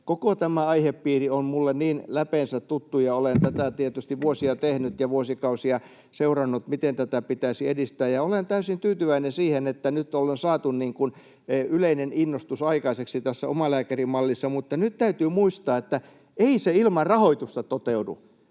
Koko tämä aihepiiri on minulle niin läpeensä tuttu, ja olen tätä tietysti vuosia tehnyt ja vuosikausia seurannut, miten tätä pitäisi edistää. Olen täysin tyytyväinen siihen, että nyt ollaan saatu yleinen innostus aikaiseksi tässä omalääkärimallissa, mutta nyt täytyy muistaa, että ei se ilman rahoitusta toteudu.